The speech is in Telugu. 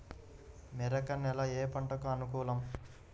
మెరక నేల ఏ పంటకు అనుకూలం?